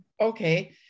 okay